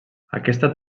aquesta